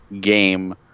game